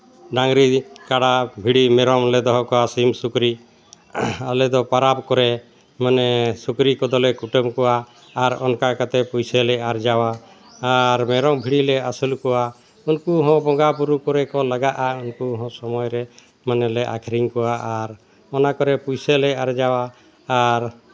ᱰᱟᱝᱨᱤ ᱠᱟᱰᱟ ᱵᱷᱤᱰᱤ ᱢᱮᱨᱚᱢᱞᱮ ᱫᱚᱦᱚ ᱠᱚᱣᱟ ᱥᱤᱢ ᱥᱩᱠᱨᱤ ᱟᱞᱮ ᱫᱚ ᱯᱟᱨᱟᱵᱽ ᱠᱚᱨᱮ ᱢᱟᱱᱮ ᱥᱩᱠᱨᱤ ᱠᱚᱫᱚᱞᱮ ᱠᱩᱴᱟᱹᱢ ᱠᱚᱣᱟ ᱟᱨ ᱚᱱᱠᱟ ᱠᱟᱛᱮᱫ ᱯᱩᱭᱥᱟᱹᱞᱮ ᱟᱨᱡᱟᱣᱟ ᱟᱨ ᱢᱮᱨᱚᱢ ᱵᱷᱤᱰᱤᱞᱮ ᱟᱹᱥᱩᱞ ᱠᱚᱣᱟ ᱩᱱᱠᱩ ᱦᱚᱸ ᱵᱚᱸᱜᱟ ᱵᱩᱨᱩ ᱠᱚᱨᱮ ᱠᱚ ᱞᱟᱜᱟᱼᱟ ᱩᱱᱠᱩ ᱦᱚᱸ ᱥᱚᱢᱭ ᱨᱮ ᱢᱟᱱᱮᱞᱮ ᱟᱹᱠᱷᱨᱤᱧ ᱠᱚᱣᱟ ᱟᱨ ᱚᱱᱟ ᱠᱚᱨᱮ ᱯᱩᱭᱥᱟᱹᱞᱮ ᱟᱨᱡᱟᱣᱟ ᱟᱨ